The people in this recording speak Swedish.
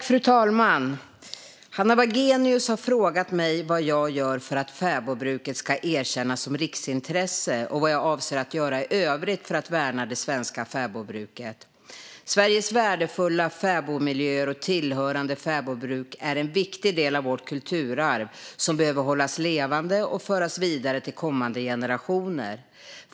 Fru talman! Hanna Wagenius har frågat mig vad jag gör för att fäbodbruket ska erkännas som riksintresse och vad jag avser att göra i övrigt för att värna det svenska fäbodbruket. Sveriges värdefulla fäbodmiljöer och tillhörande fäbodbruk är en viktig del av vårt kulturarv som behöver hållas levande och föras vidare till kommande generationer.